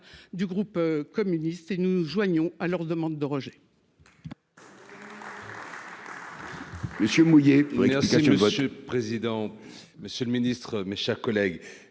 du groupe communiste et nous nous joignons à leur demande de Roger.